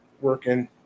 working